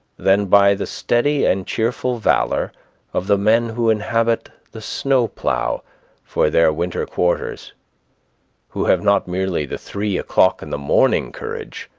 than by the steady and cheerful valor of the men who inhabit the snowplow for their winter quarters who have not merely the three-o'-clock-in-the-morning courage,